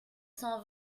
cent